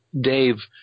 Dave